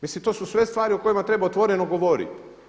Mislim to su sve stvari o kojima treba otvoreno govoriti.